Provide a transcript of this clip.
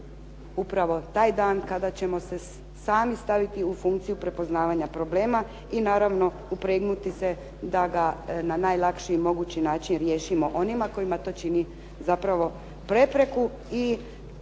upravo taj dan kada ćemo se sami staviti u funkciju prepoznavanja problema i naravno upregnuti se da ga na najlakši mogući način riješimo. Onima kojima to čini zapravo prepreku